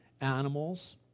animals